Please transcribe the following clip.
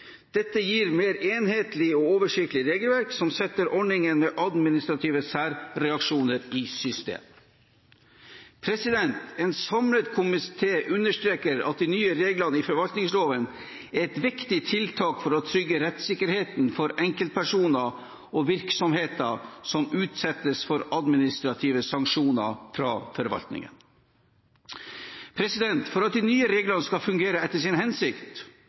Dette gir mer enhetlig og oversiktlig regelverk, som setter ordningen med administrative særreaksjoner i system. En samlet komité understreker at de nye reglene i forvaltningsloven er et viktig tiltak for å trygge rettssikkerheten for enkeltpersoner og virksomheter som utsettes for administrative sanksjoner fra forvaltningen. For at de nye reglene skal fungere etter sin hensikt